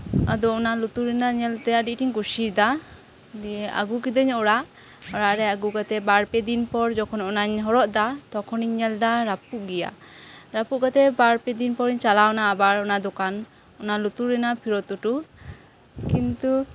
ᱟᱫᱚ ᱚᱱᱟ ᱞᱩᱛᱩᱨ ᱨᱮᱭᱟᱜ ᱧᱮᱞ ᱛᱮ ᱟᱹᱰᱤ ᱟᱸᱴ ᱤᱧ ᱠᱩᱥᱤᱭᱟᱫᱟ ᱫᱤᱭᱮ ᱟᱹᱜᱩ ᱠᱤᱫᱟᱹᱧ ᱚᱲᱟᱜ ᱚᱲᱟᱜ ᱨᱮ ᱟᱹᱜᱩ ᱠᱟᱛᱮ ᱵᱟᱨ ᱯᱮ ᱫᱤᱱ ᱯᱚᱨ ᱡᱚᱠᱷᱚᱱ ᱚᱱᱟᱧ ᱦᱚᱨᱚᱜ ᱮᱫᱟ ᱛᱚᱠᱷᱚᱱᱤᱧ ᱧᱮᱞ ᱮᱫᱟ ᱨᱟᱹᱯᱩᱫ ᱜᱮᱭᱟ ᱨᱟᱯᱩᱜ ᱠᱟᱛᱮ ᱵᱟᱨ ᱯᱮ ᱫᱤᱱ ᱯᱚᱨ ᱤᱧ ᱪᱟᱞᱟᱣ ᱮᱱᱟ ᱟᱵᱟᱨ ᱚᱱᱟ ᱫᱚᱠᱟᱱ ᱟᱨ ᱚᱱᱟ ᱞᱩᱛᱩᱨ ᱨᱮᱭᱟᱜ ᱯᱷᱮᱨᱚᱛ ᱚᱴᱚ ᱠᱤᱱᱛᱩ